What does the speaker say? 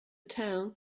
town